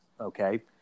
okay